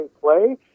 play